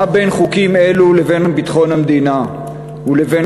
מה בין חוקים אלה לביטחון המדינה ולחירום?